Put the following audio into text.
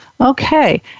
okay